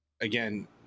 again